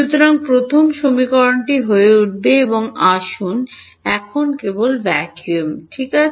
সুতরাং প্রথম সমীকরণটি হয়ে উঠবে এবং আসুন এখন কেবল ভ্যাকুয়াম ঠিক আছে